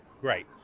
great